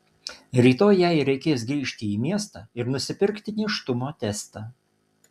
rytoj jai reikės grįžti į miestą ir nusipirkti nėštumo testą